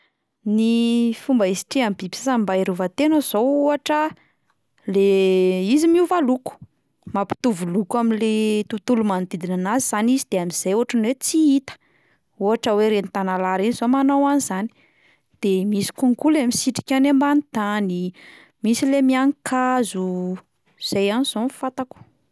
Ny fomba hisitrihan'ny biby sasany mba hiarovan-tena zao ohatra le izy miova loko, mampitovy loko amin'le tontolo manodidina anazy zany izy amin'izay ohatry ny hoe tsy hita, ohatra hoe reny tanalahy ireny zao manao an'izany, de misy konko le misitrika any ambany tany, misy le mihani-kazo, zay ihany izao no fantako.